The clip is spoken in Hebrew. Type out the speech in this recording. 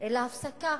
אלא הפסקה,